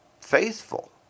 faithful